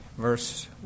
Verse